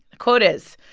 quote is,